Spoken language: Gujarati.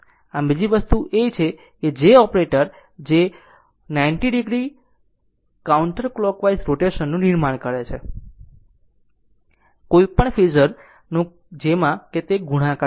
આમ બીજી વસ્તુ એ છે કે j ઓપરેટર જે 90 o કાઉન્ટર ક્લોકવાઇઝ રોટેશન નું નિર્માણ કરે છે કોઈપણ ફેઝર નું કે જેમાં તે ગુણાકાર કરે છે